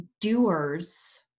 doers